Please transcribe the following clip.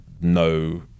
no